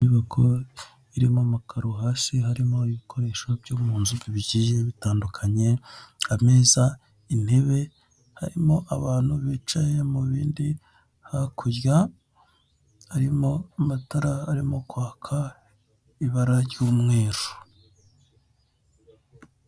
Inyubako irimo amakaro hasi harimo ibikoresho byo munzu bigiye bitandukanye ameza intebe harimo abantu bicaye mubindi hakurya harimo amatara arimo kwaka ibara ry'umweru.